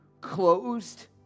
closed